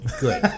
Good